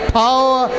power